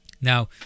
now